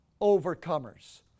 overcomers